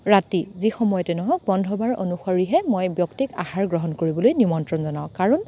ৰাতি যি সময়তে নহওক বন্ধ বাৰ অনুসৰিহে মই ব্যক্তিক আহাৰ গ্ৰহণ কৰিবলৈ নিমন্ত্ৰণ জনাওঁ কাৰণ